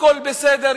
הכול בסדר,